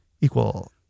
equal